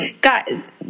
guys